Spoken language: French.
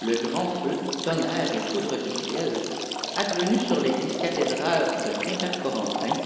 le grand feu tonnerre et foudre du eiel adv eqa sur téglise cathédrale de quimper gorentia